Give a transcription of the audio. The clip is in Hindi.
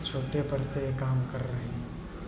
छोटे पर से ये काम कर रहे हैं